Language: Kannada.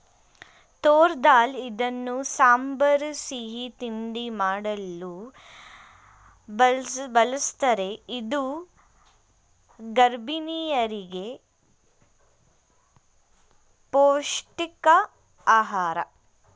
ತೂರ್ ದಾಲ್ ಇದನ್ನು ಸಾಂಬಾರ್, ಸಿಹಿ ತಿಂಡಿ ಮಾಡಲು ಬಳ್ಸತ್ತರೆ ಇದು ಗರ್ಭಿಣಿಯರಿಗೆ ಪೌಷ್ಟಿಕ ಆಹಾರ